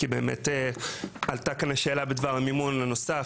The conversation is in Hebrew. כי באמת עלתה כאן השאלה בדבר המימון הנוסף,